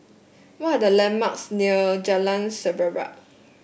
what are the landmarks near Jalan Semerbak